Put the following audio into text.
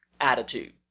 attitude